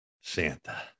Santa